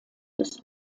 des